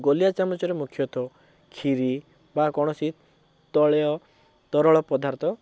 ଗୋଲିଆ ଚାମଚରେ ମୁଖ୍ୟତଃ ଖିରି ବା କୌଣସି ତୈଳ ତରଳ ପଦାର୍ଥ